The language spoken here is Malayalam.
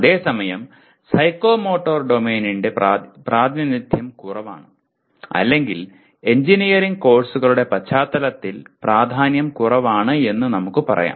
അതേസമയം സൈക്കോമോട്ടർ ഡൊമെയ്നിന്റെ പ്രാതിനിധ്യം കുറവാണ് അല്ലെങ്കിൽ എഞ്ചിനീയറിംഗ് കോഴ്സുകളുടെ പശ്ചാത്തലത്തിൽ പ്രാധാന്യം കുറവാണ് എന്ന് നമുക്ക് പറയാം